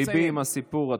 ליבי עם הסיפור.